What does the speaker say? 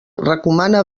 recomana